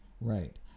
right